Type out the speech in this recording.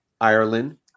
Ireland